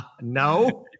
No